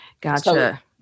Gotcha